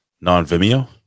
Non-Vimeo